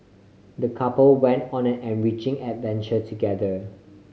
the couple went on an enriching adventure together